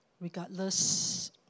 regardless